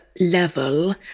level